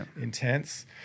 Intense